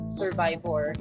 survivor